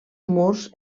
murs